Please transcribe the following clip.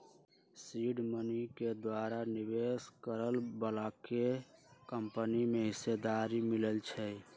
seed money के द्वारा निवेश करए बलाके कंपनी में हिस्सेदारी मिलइ छइ